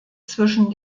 zwischen